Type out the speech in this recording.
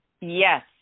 yes